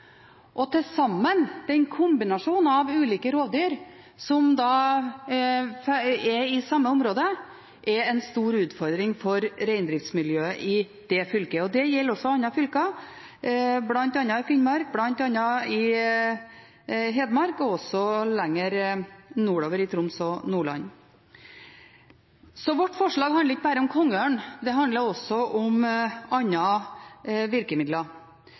Til sammen er den kombinasjonen av ulike rovdyr i samme område en stor utfordring for reindriftsmiljøet i fylket. Det gjelder også andre fylker, bl.a. Finnmark og Hedmark og også lenger nordover, Troms og Nordland. Vårt forslag handler ikke bare om kongeørn. Det handler også om andre virkemidler.